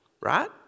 Right